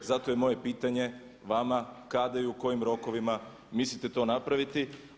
Zato je moje pitanje vama kada i u kojim rokovima mislite to napraviti?